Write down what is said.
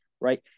right